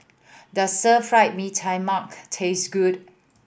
does Stir Fry Mee Tai Mak taste good